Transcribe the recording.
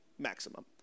Maximum